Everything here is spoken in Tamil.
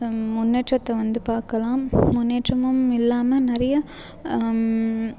முன்னேற்றத்தை வந்து பார்க்கலாம் முன்னேற்றமும் இல்லாமல் நிறைய